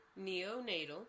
neonatal